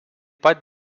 pat